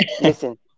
listen